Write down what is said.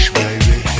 baby